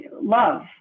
love